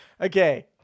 Okay